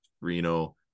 Reno